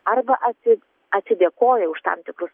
arba atseit atsidėkoja už tam tikrus